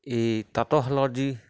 এই তাঁতৰশালৰ যি